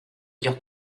lire